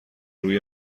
روی